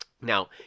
Now